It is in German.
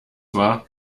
war